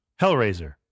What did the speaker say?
Hellraiser